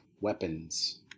weapons